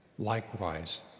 Likewise